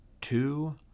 two